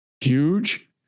huge